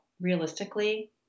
realistically